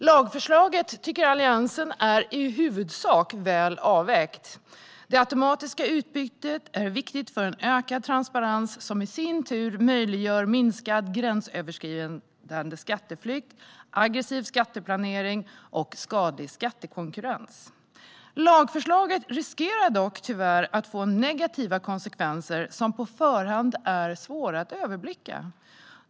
Alliansen tycker att lagförslaget i huvudsak är väl avvägt. Det automatiska utbytet är viktigt för en ökad transparens, som i sin tur möjliggör minskad gränsöverskridande skatteflykt, aggressiv skatteplanering och skadlig skattekonkurrens. Tyvärr riskerar dock lagförslaget att få negativa konsekvenser som på förhand är svåra att överblicka.